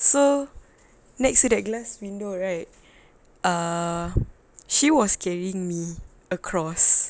so next to that glass window right err she was carrying me across